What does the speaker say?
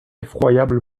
effroyable